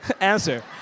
answer